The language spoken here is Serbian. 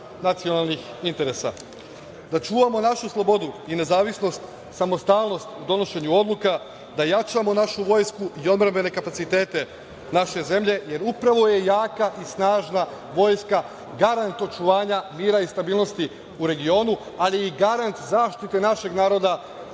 nacionalnih interesa, da čuvamo našu slobodu i nezavisnost, samostalnost u donošenju odluka, da jačamo našu vojsku i odbrambene kapacitete naše zemlje, jer upravo je jaka i snažna vojska garant očuvanja mira i stabilnosti u regionu, ali i garant zaštite našeg naroda